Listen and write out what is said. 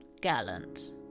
Gallant